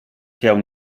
się